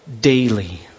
daily